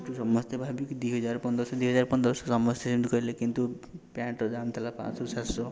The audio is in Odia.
ସମସ୍ତେ ଭାବିକି ଦୁଇହଜାର ପନ୍ଦରଶହ ଦୁଇହଜାର ପନ୍ଦରଶହ ସମସ୍ତେ ଏମତି କହିଲେ କିନ୍ତୁ ପ୍ୟାଣ୍ଟ୍ର ଦାମ୍ ଥିଲା ପାଞ୍ଚଶହ ସାତଶହ